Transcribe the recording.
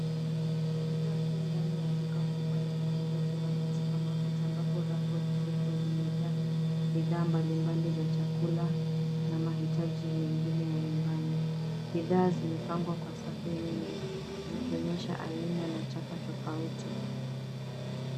Njia kuu ndani ya duka kubwa la reja reja labda supermarket ambapo rafu ndefu zimejaa bidhaa mbali mbali za chakula na mahitaji mengine ya nyumbani. Bidhaa zimepangwa kwa safu nyingi zikionyesha aina na chapa tofauti.